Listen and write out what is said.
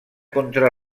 contra